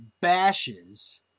bashes